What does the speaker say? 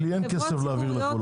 לי אין כסף להעביר לחוץ לארץ.